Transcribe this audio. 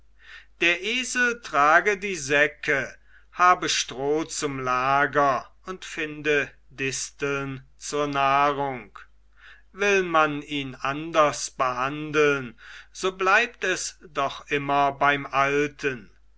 der esel trage die säcke habe stroh zum lager und finde disteln zur nahrung will man ihn anders behandeln so bleibt es doch immer beim alten